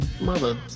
mother